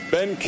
Ben